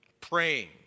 Praying